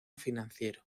financiero